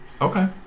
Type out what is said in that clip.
Okay